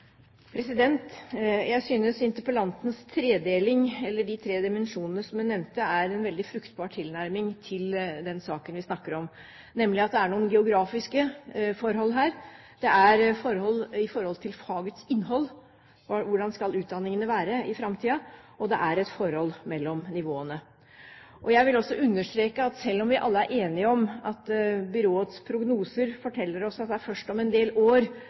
en veldig fruktbar tilnærming til den saken vi snakker om, nemlig at det er noen geografiske forhold her. Det er forhold når det gjelder fagets innhold – hvordan skal utdanningene være i framtiden – og det er et forhold mellom nivåene. Jeg vil også understreke at selv om vi er enige om at byråets prognoser forteller oss at det er først om en del år